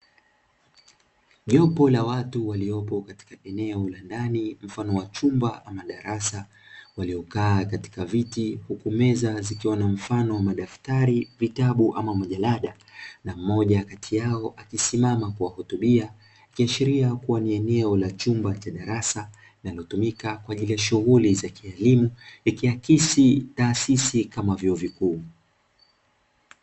Jopo la watu waliopo katika eneo la ndani mfano wa chumba ama darasa waliokaa katika viti huku meza zikiwa na mfano wa madaftari, vitabu ama majarada. Na mmoja kati yao akisimama kuwahutubia ikiashiria kuwa ni eneo chumba cha darasa linalotumika kwa ajili ya shughuli za kielimu, ikiakisi taasisi kama vyuo vikuu.